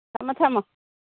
ꯊꯝꯃꯣ ꯊꯝꯃꯣ